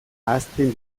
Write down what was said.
ahazten